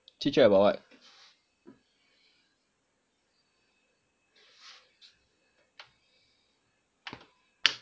chit chat about what